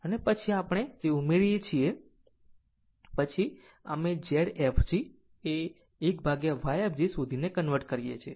અને પછી અમે ઉમેરીએ છીએ અને પછી અમે Zfg 1Yfg શોધીને કન્વર્ટ કરીએ છીએ